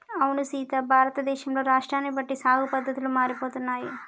అవునా సీత భారతదేశంలో రాష్ట్రాన్ని బట్టి సాగు పద్దతులు మారిపోతున్నాయి